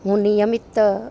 હું નિયમિત